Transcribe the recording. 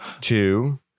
two